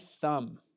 thumb